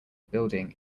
building